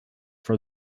for